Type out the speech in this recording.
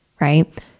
right